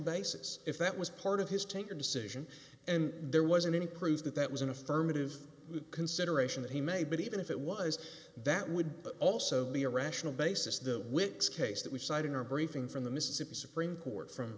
basis if that was part of his take a decision and there wasn't any proof that that was an affirmative consideration that he made but even if it was that would also be a rational basis the wix case that we cite in our briefing from the mississippi supreme court from